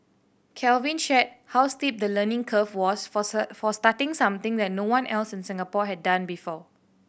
Calvin shared how steep the learning curve was force her for starting something that no one else in Singapore had done before